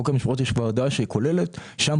אם אני